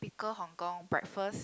typical Hong-Kong breakfast